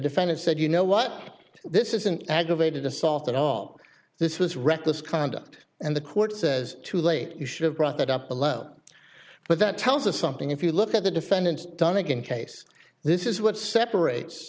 defendant said you know what this is an aggravated assault and all this was reckless conduct and the court says too late you should have brought that up alone but that tells us something if you look at the defendant donnegan case this is what separates